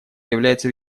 является